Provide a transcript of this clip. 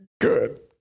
good